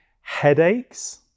Headaches